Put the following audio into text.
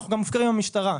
ואנחנו גם מופקרים במשטרה.